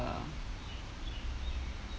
uh